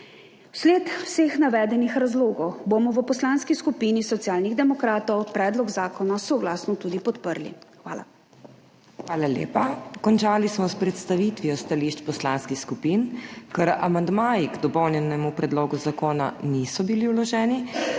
Vsled vseh navedenih razlogov bomo v Poslanski skupini Socialnih demokratov predlog zakona soglasno tudi podprli. Hvala. PODPREDSEDNICA MAG. MEIRA HOT: Hvala lepa. Končali smo s predstavitvijo stališč poslanskih skupin. Ker amandmaji k dopolnjenemu predlogu zakona niso bili vloženi,